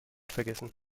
vergessen